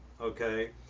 okay